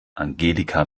angelika